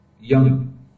young